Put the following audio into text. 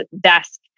desk